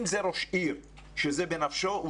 אם זה ראש עיר שזה בנפשו,